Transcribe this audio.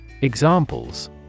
Examples